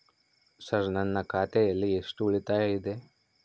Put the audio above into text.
Sir ನನ್ನ ಖಾತೆಯಲ್ಲಿ ಎಷ್ಟು ಉಳಿತಾಯ ಇದೆ?